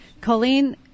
Colleen